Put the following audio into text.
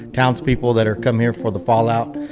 townspeople that are coming here for the fallout.